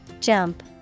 Jump